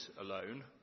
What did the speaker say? alone